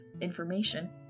information